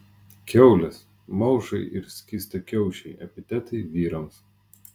kiaulės maušai ir skystakiaušiai epitetai vyrams